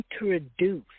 introduce